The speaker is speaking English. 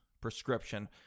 prescription